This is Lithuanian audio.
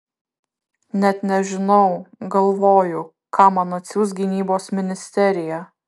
net nežinau galvoju ką man atsiųs gynybos ministerija